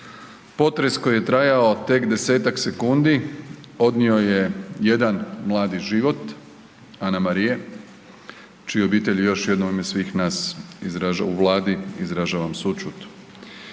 Potres koji je trajao tek 10-tak sekundi odnio je jedan mladi život, Anamarije, čijoj obitelji još jednom u ime svih nas u Vladi izražavam sućut.